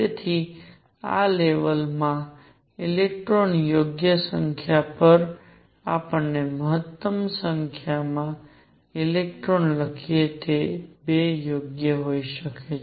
તેથી આ લેવલ માં ઇલેક્ટ્રોનની યોગ્ય સંખ્યા પર આપણે મહત્તમ સંખ્યામાં ઇલેક્ટ્રોન લખીએ તે 2 યોગ્ય હોઈ શકે છે